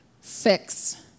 fix